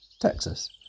Texas